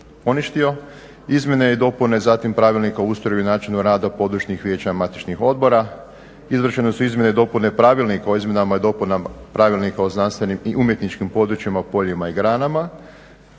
poništio. Izmjene i dopune zatim Pravilnika o ustroju i načinu rada područnih vijeća i matičnih odbora, izvršene su izmjene i dopune Pravilnika o izmjenama i dopunama Pravilnika o znanstvenim i umjetničkim područjima, poljima i granama.